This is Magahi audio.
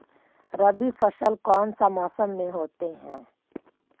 रवि फसल कौन सा मौसम में होते हैं?